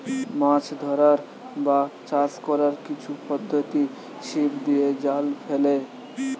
মাছ ধরার বা চাষ কোরার কিছু পদ্ধোতি ছিপ দিয়ে, জাল ফেলে